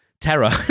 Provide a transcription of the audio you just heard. terror